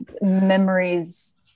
memories